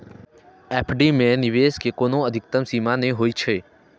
FD मे निवेश के कोनो अधिकतम सीमा नै होइ छै